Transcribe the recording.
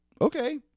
Okay